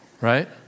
right